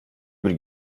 bir